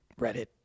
Reddit